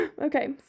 Okay